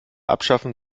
abschaffen